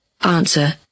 Answer